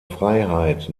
freiheit